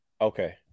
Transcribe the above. Okay